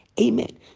Amen